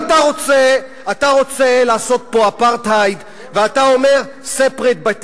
אתה רוצה לעשות פה אפרטהייד ואתה אומר: separate but equal,